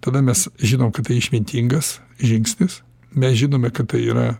tada mes žinom kad tai išmintingas žingsnis mes žinome kad tai yra